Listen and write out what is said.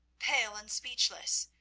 pale and speechless,